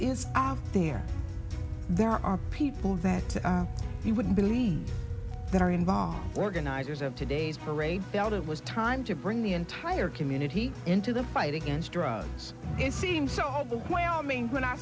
her there there are people that he wouldn't believe that are involved organizers of today's parade that it was time to bring the entire community into the fight against drugs it seems overwhelming when i